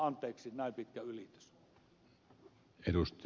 anteeksi näin pitkä ylitys